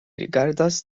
rigardas